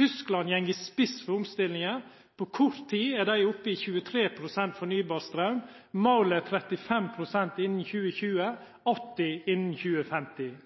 Tyskland går i spissen for omstillingane. På kort tid er dei oppe i 23 pst. fornybar straum. Målet er 35 pst. innan 2020 og 80 pst. innan 2050.